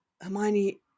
Hermione